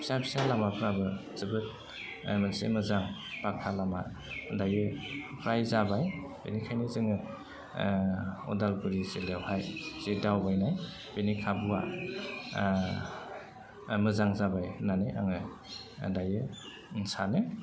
फिसा फिसा लामाफ्राबो जोबोद मोनसे मोजां पाखा लामा दायो फ्राय जाबाय बेनिखायनो जोङो उदालगुरि जिल्लायावहाय जे दावबायनाय बेनि खाबुआ मोजां जाबाय होन्नानै आङो दायो सानो